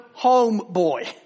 homeboy